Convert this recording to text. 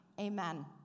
Amen